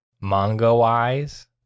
manga-wise